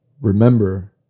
Remember